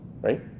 right